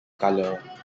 color